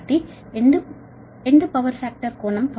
కాబట్టి పంపించే end power factor కోణం 41